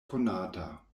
konata